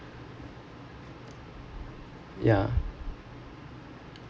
yeah